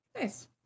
Nice